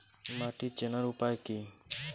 মাটি চেনার উপায় কি?